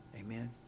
Amen